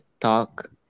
talk